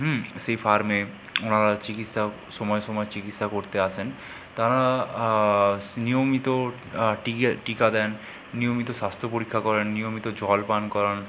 সেই ফার্মে ওনারা চিকিৎসা সময়ে সময়ে চিকিৎসা করতে আসেন তারা নিয়মিত টি টিকা দেন নিয়মিত স্বাস্থ্য পরীক্ষা করেন নিয়মিত জলপান করান